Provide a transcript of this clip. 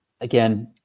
again